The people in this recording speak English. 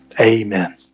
Amen